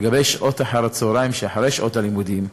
לגבי שעות אחר-הצהריים, שאחרי שעות הלימודים,